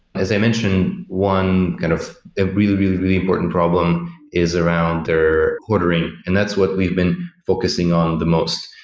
as i mentioned, one kind of the really, really, really important problem is around their ordering, and that's what we've been focusing on the most.